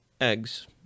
eggs